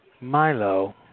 Milo